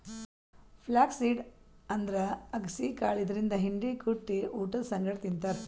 flax seed ಅಂದ್ರ ಅಗಸಿ ಕಾಳ್ ಇದರಿಂದ್ ಹಿಂಡಿ ಕುಟ್ಟಿ ಊಟದ್ ಸಂಗಟ್ ತಿಂತಾರ್